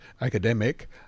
academic